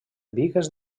bigues